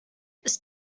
ist